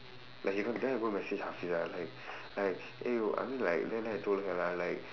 like she go~ then I go message hafeezah like like !hey! I mean like then then I told her I'm like